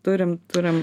turim turim